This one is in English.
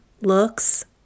Looks